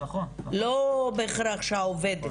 לא בהכרח שהעובד.